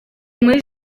muri